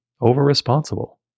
over-responsible